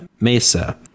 mesa